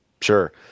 Sure